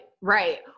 right